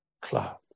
cloud